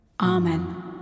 Amen